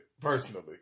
personally